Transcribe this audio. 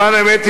למען האמת,